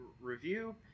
review